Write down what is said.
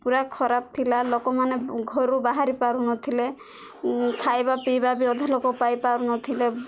ପୁରା ଖରାପ ଥିଲା ଲୋକମାନେ ଘରୁ ବାହାରି ପାରୁନଥିଲେ ଖାଇବା ପିଇବା ବି ଅଧା ଲୋକ ପାଇପାରୁନଥିଲେ